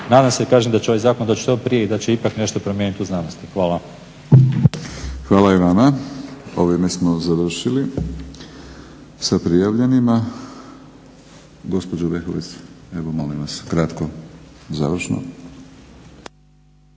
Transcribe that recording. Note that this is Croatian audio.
Nadam se kažem da će ovaj zakon doći što prije i da će ipak nešto promijeniti u znanosti. Hvala. **Batinić, Milorad (HNS)** Hvala i vama. Ovime smo završili sa prijavljenima. Gospođo Vehovec evo molim vas kratko završno.